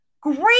great